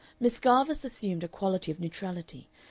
miss garvice assumed a quality of neutrality,